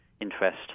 interest